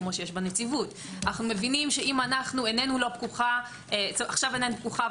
כמו שיש בנציבות; אנחנו מבינים שאם עיננו לא פקוחה עכשיו העין פקוחה,